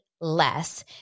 less